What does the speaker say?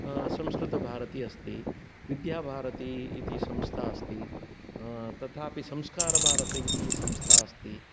संस्कृतभारति अस्ति विद्याभारति इति संस्था अस्ति तथापि संस्कारभारति इति संस्था अस्ति